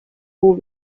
who